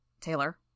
Taylor